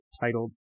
titled